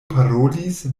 parolis